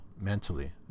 mentally